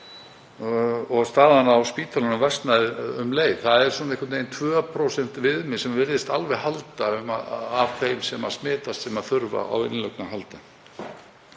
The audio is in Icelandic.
Staðan á spítölunum versnaði um leið. Það er svona einhvern veginn 2% viðmið sem virðist alveg halda, af þeim sem smitast og þurfa á innlögn að halda.